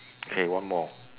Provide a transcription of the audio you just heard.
okay one more